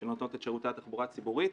שנותנות את שירותי התחבורה הציבורית,